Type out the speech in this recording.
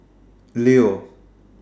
Leo